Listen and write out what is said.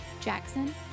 Jackson